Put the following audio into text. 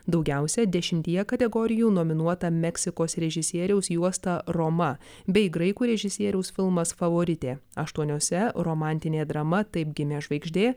daugiausiai dešimtyje kategorijų nominuota meksikos režisieriaus juosta roma bei graikų režisieriaus filmas favoritė aštuoniose romantinė drama taip gimė žvaigždė